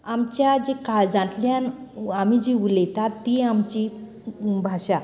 आमच्या जी काळजांतल्यान आमी जी उलयतात ती आमची भाशा